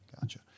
Gotcha